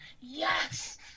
yes